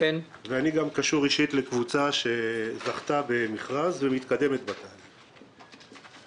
אני קשור אישית לקבוצה שזכתה במכרז ומתקדמת בתהליך.